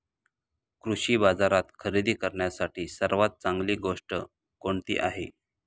कृषी बाजारात खरेदी करण्यासाठी सर्वात चांगली गोष्ट कोणती आहे?